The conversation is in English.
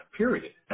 period